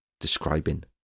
describing